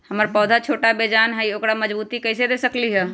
हमर पौधा छोटा बेजान हई उकरा मजबूती कैसे दे सकली ह?